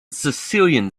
sicilian